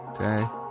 Okay